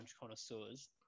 connoisseurs